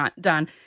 done